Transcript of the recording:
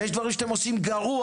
ויש דברים שאתם עושים גרוע.